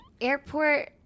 airport